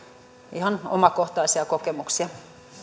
ihan omakohtaisia kokemuksia